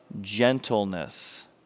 gentleness